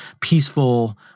peaceful